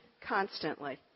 constantly